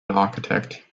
architect